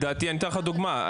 אני אתן לך דוגמה,